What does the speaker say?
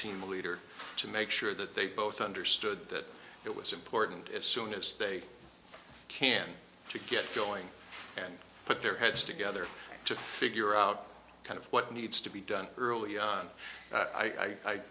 team leader to make sure that they both understood that it was important as soon as they can to get going and put their heads together to figure out kind of what needs to be done early on